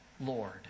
Lord